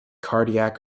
cardiac